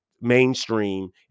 mainstream